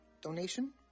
donation